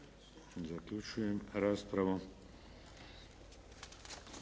Zaključujem raspravu.